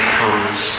comes